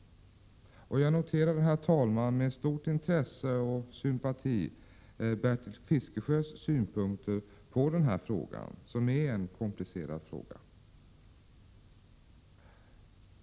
Jag noterar, herr talman, med stort intresse och sympati Bertil Fiskesjös synpunkter på den frågan, som är en komplicerad fråga.